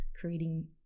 creating